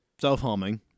self-harming